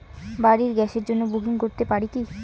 বাড়ির গ্যাসের জন্য বুকিং করতে পারি কি?